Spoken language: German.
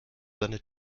seine